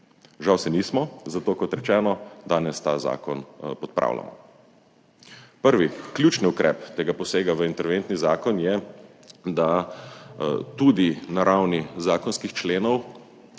Žal se nismo. Zato, kot rečeno, danes ta zakon popravljamo. Prvi, ključni ukrep tega posega v interventni zakon je, da tudi na ravni zakonskih členov